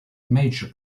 major